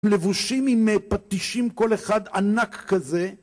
הם לבושים עם פטישים כל אחד ענק כזה